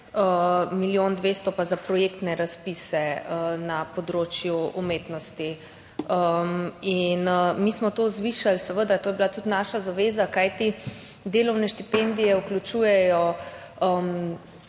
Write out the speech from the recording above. milijon 200 pa za projektne razpise na področju umetnosti. Mi smo to zvišali, seveda, to je bila tudi naša zaveza. Kajti delovne štipendije vključujejo